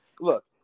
look